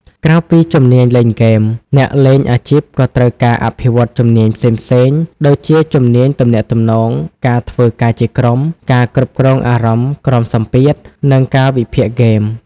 ក្រៅពីជំនាញលេងហ្គេម អ្នកលេងអាជីពក៏ត្រូវការ អភិវឌ្ឍជំនាញផ្សេងៗ ដូចជាជំនាញទំនាក់ទំនង ការធ្វើការជាក្រុម ការគ្រប់គ្រងអារម្មណ៍ក្រោមសម្ពាធ និងការវិភាគហ្គេម។